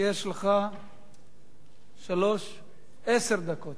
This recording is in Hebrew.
יש לך עשר דקות.